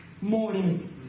morning